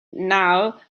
now